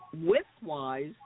width-wise